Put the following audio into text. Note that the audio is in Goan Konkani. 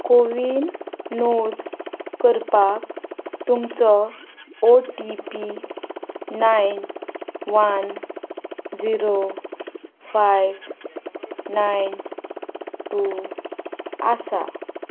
कोवीन नोंद करपाक तुमचो O T P nine one zero five nine two आसा